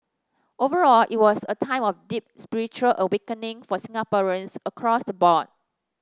overall it was a time of deep spiritual awakening for Singaporeans across the board